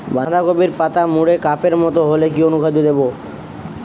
বাঁধাকপির পাতা মুড়ে কাপের মতো হলে কি অনুখাদ্য দেবো?